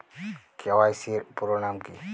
KYC এর পুরোনাম কী?